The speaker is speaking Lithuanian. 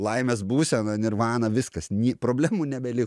laimės būseną nirvaną viskas ni problemų nebelik